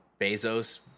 Bezos